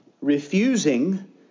Refusing